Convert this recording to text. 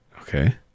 Okay